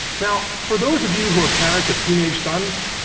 now, for those of you who are parents of teenage sons,